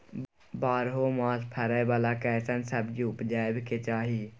बारहो मास फरै बाला कैसन सब्जी उपजैब के चाही?